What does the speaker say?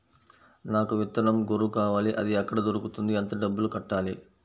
నాకు విత్తనం గొర్రు కావాలి? అది ఎక్కడ దొరుకుతుంది? ఎంత డబ్బులు కట్టాలి?